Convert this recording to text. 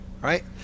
Right